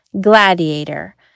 Gladiator